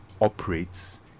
operates